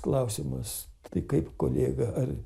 klausimas tai kaip kolega ar